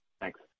Thanks